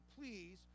please